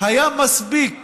היה מספיק